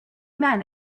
men